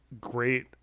great